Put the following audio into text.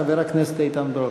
חבר הכנסת איתן ברושי,